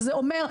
שזה אומר,